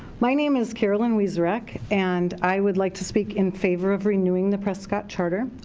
my name is carolyn wiezorek. and i would like to speak in favor of renewing the prescott charter.